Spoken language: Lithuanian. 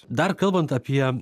dar kalbant apie